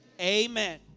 Amen